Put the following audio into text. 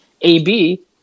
AB